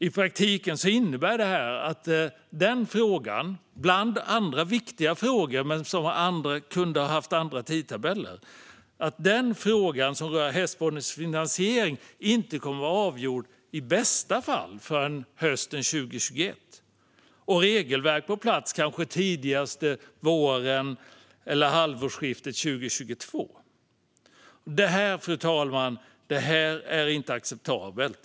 I praktiken innebär det att frågan om hästsportens finansiering, bland andra viktiga frågor men som kunde ha haft andra tidtabeller, inte kommer att vara avgjord förrän i bästa fall hösten 2021, och ett regelverk kanske kommer på plats tidigast vid halvårsskiftet 2022. Det här, fru talman, är inte acceptabelt.